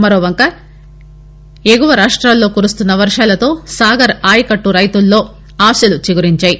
మరో వంక ఎగువ రాష్ట్రాలలో కురుస్తున్న వర్వాలతో సాగర్ ఆయకట్లు రైతులలో ఆశలు చిగురించాయి